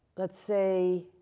let's say,